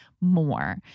more